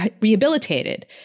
rehabilitated